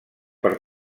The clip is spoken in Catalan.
per